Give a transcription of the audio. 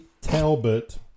Talbot